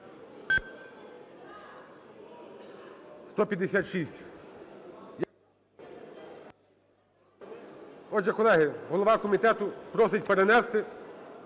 За-156 Отже, колеги, голова комітету просить перенести